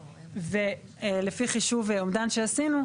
לפי חישוב אומדן שעשינו,